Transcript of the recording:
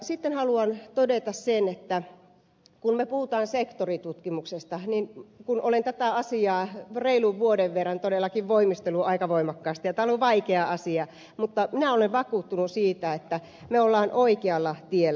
sitten haluan todeta sen että kun me puhumme sektoritutkimuksesta niin kun olen tätä asiaa reilun vuoden verran todellakin voimistellut aika voimakkaasti ja tämä on ollut vaikea asia olen vakuuttunut siitä että me olemme oikealla tiellä